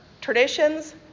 traditions